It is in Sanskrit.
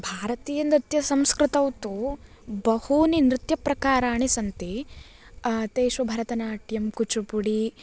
भारतीयनृत्यसंस्कृतौ तु बहूनि नृत्यप्रकाराणि सन्ति तेषु भरतनाट्यं कुचुपुडि